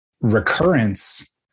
recurrence